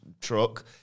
truck